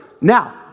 Now